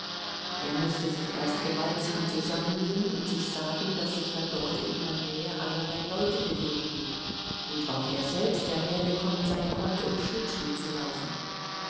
er mußte sich erst gewaltsam zusammennehmen und sich sagen daß sich ja dort in ihrer nähe allerlei leute bewegten und auch er selbst ja hergekommen sein konnte um schlittschuh zu laufen